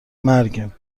مرگیم